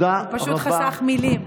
הוא פשוט חסך מילים.